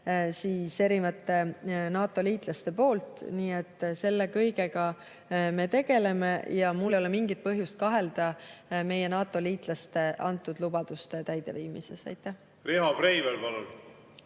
Ukrainale NATO-liitlaste poolt. Nii et selle kõigega me tegeleme ja mul ei ole mingit põhjust kahelda meie NATO-liitlaste antud lubaduste täideviimises. Riho Breivel, palun!